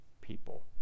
people